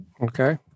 Okay